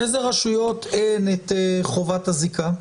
לאיזה רשויות אין את חובת הזיקה?